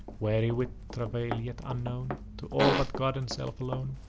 weary with travail, yet unknown to all but god and self alone,